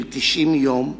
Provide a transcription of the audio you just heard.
של 90 יום,